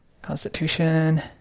Constitution